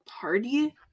party